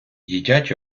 їдять